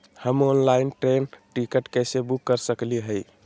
हम online train ticket कैसे book कर सकली हई?